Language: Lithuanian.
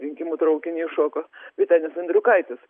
rinkimų traukinį įšoko vytenis andriukaitis